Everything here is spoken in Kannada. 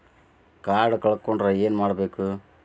ಕಾರ್ಡ್ ಕಳ್ಕೊಂಡ್ರ ಏನ್ ಮಾಡಬೇಕು?